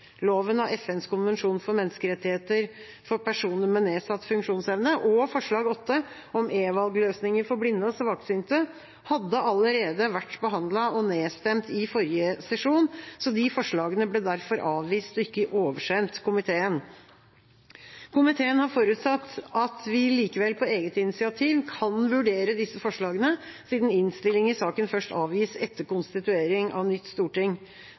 av FNs konvensjon om rettigheter for personer med nedsatt funksjonsevne, og forslag nr. 8, om e-valgløsninger for blinde og svaksynte, har allerede vært behandlet og ble nedstemt i forrige sesjon, så de forslagene ble derfor avvist og ikke oversendt komiteen. Komiteen har forutsatt at vi likevel på eget initiativ kan vurdere disse forslagene, siden innstilling i saken avgis først etter konstituering av nytt storting.